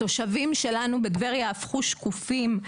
התושבים שלנו בטבריה הפכו שקופים.